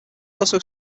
also